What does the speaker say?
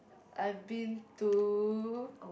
I've been to